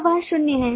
तो वह शून्य है